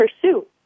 pursue